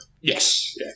Yes